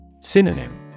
Synonym